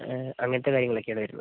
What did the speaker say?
ഏഹ് അങ്ങനത്തെ കാര്യങ്ങളൊക്കെയാണ് വരുന്നത്